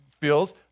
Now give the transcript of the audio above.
feels